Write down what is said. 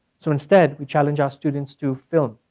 so instead we challenge our students to film,